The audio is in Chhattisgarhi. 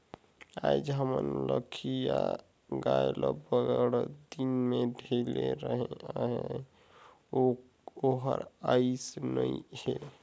आयज हमर लखिया गाय ल बड़दिन में ढिले रहें ओहर आइस नई हे